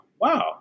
wow